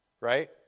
right